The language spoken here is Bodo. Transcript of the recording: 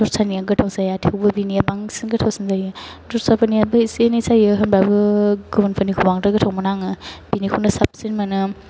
दस्रानिया गोथाव जाया थेवबो बिनिया बांसिन गोथावसिन जायो दस्राफोरनियाबो एसे एनै जायो होनबाबो गुबुनफोरनिखौ बांद्राय गोथाव मोना आङो बेनिखौनो साबसिन मोनो